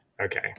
Okay